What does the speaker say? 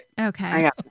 Okay